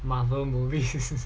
Marvel movies